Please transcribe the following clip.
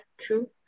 true